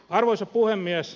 arvoisa puhemies